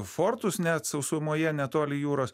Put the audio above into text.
fortus net sausumoje netoli jūros